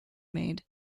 made